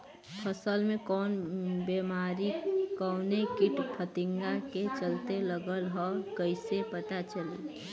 फसल में कवन बेमारी कवने कीट फतिंगा के चलते लगल ह कइसे पता चली?